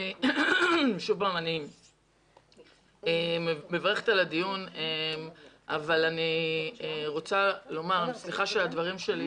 אני מברכת על הדיון אבל אני רוצה לומר וסליחה על שהדברים שלי